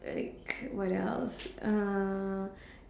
like what else uh